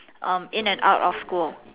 um in and out of school